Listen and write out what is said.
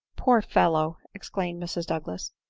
poor fellow! exclaimed mrs douglas.